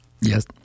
Yes